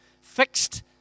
fixed